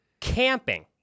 camping